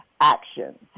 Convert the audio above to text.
action